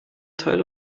teile